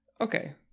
Okay